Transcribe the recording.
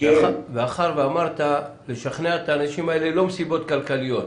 מאחר ואמרת לשכנע את האנשים האלה לא מסיבות כלכליות.